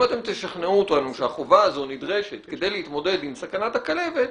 אם תשכנעו אותנו שהחובה הזאת נדרשת כדי להתמודד עם סכנת הכלבת,